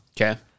Okay